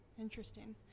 Interesting